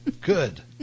Good